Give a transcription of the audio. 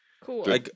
Cool